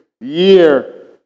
year